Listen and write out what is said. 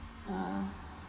ah